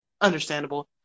understandable